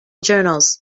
journals